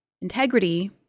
Integrity